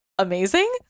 amazing